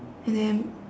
and then